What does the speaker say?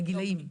לגילאים?